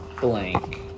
Blank